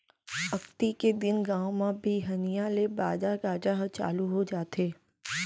अक्ती के दिन गाँव म बिहनिया ले बाजा गाजा ह चालू हो जाथे